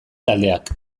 taldeak